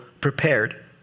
prepared